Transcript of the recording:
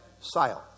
silence